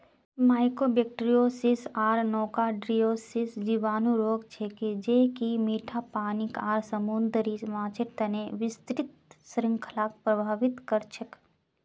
mycobacteriosis आर nocardiosis जीवाणु रोग छेक ज कि मीठा पानी आर समुद्री माछेर तना विस्तृत श्रृंखलाक प्रभावित कर छेक